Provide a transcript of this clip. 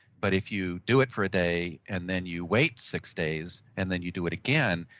but if you do it for a day, and then you wait six days, and then you do it again,